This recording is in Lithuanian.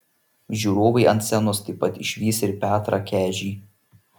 žiūrovai ant scenos taip pat išvys ir petrą kežį